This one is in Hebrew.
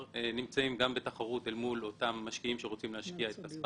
נמצאים בתחרות אל מול אותם משקיעים שרוצים להשקיע את כספם.